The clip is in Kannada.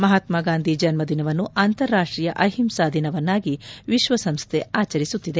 ಮಹಾತ್ಮಾಗಾಂಧಿ ಜನ್ದದಿನವನ್ನು ಅಂತಾರಾಷ್ಟೀಯ ಅಹಿಂಸಾ ದಿನವನ್ನಾಗಿ ವಿಶ್ವಸಂಸ್ಥೆ ಆಚರಿಸುತ್ತಿದೆ